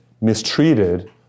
mistreated